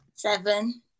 seven